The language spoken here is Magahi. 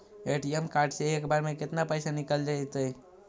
ए.टी.एम कार्ड से एक बार में केतना पैसा निकल जइतै?